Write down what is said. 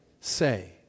say